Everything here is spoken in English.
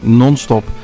non-stop